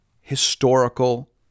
historical